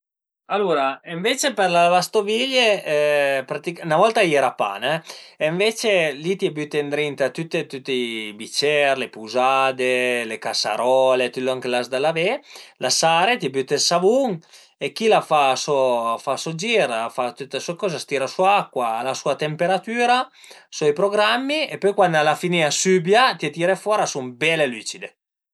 Alura ënvece për la lavastoviglie, praticament, 'na volta a i era pa, ënvece li t'ie büte ëndrinta tüti i bicer, le puzade, la casarole, tüt lon che l'as da lavé, la sare, t'ie büte ël savun e chila a fa so, a fa so gir, a fa tüte sue coze, a s'tira sua acua, al a sua temperatüra, soi programmi e pöi cuandi al a finì a sübia, t'ie tire fora e a sun bele lücide